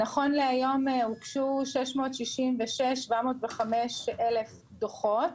נכון להיום הוגשו 666,705 דוחות,